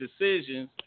decisions